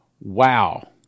wow